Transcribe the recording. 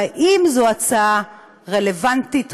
ואם זאת הצעה רלוונטית,